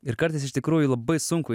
ir kartais iš tikrųjų labai sunku